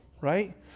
Right